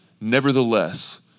Nevertheless